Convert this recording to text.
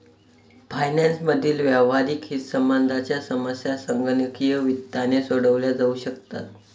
finance मधील व्यावहारिक हितसंबंधांच्या समस्या संगणकीय वित्ताने सोडवल्या जाऊ शकतात